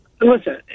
Listen